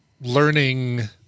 learning